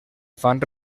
fan